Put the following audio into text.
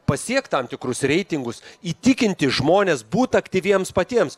pasiekt tam tikrus reitingus įtikinti žmones būt aktyviems patiems